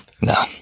No